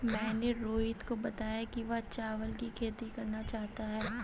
मैंने रोहित को बताया कि वह चावल की खेती करना चाहता है